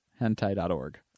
Hentai.org